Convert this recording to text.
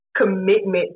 commitment